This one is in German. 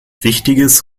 wichtiges